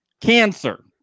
cancer